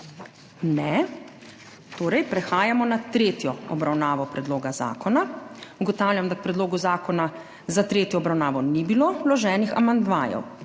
Ne. Prehajamo na tretjo obravnavo predloga zakona. Ugotavljam, da k predlogu zakona za tretjo obravnavo ni bilo vloženih amandmajev.